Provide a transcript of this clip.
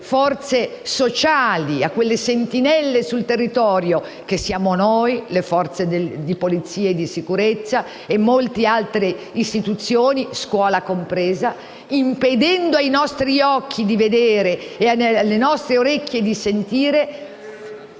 forze sociali - a quelle sentinelle sul territorio che siamo noi, le forze di polizia e di sicurezza e molte altre istituzioni, scuola compresa - e ai nostri occhi di vedere e alle nostre orecchie di sentire,